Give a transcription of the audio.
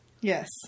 Yes